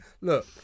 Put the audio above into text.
Look